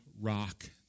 rock